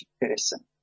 person